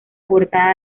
portada